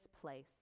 place